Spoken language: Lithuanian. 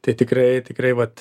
tai tikrai tikrai vat